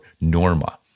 Norma